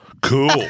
Cool